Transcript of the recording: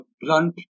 blunt